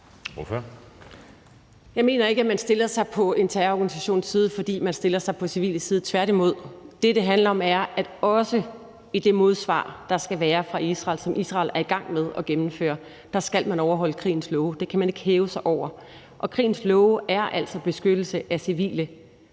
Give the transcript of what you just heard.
Jeg mener ikke, at man stiller sig på en terrororganisations side, fordi man stiller sig på civiles side. Tværtimod er det, det handler om, at også i det modsvar, der skal være fra Israel, som Israel er i gang med at gennemføre, skal man overholde krigens love. Det kan man ikke hæve sig over. Og krigens love er altså beskyttelse af civile,